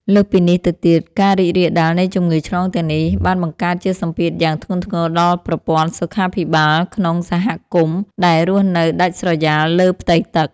លើសពីនេះទៅទៀត ការរីករាលដាលនៃជំងឺឆ្លងទាំងនេះបានបង្កើតជាសម្ពាធយ៉ាងធ្ងន់ធ្ងរដល់ប្រព័ន្ធសុខាភិបាលក្នុងសហគមន៍ដែលរស់នៅដាច់ស្រយាលលើផ្ទៃទឹក។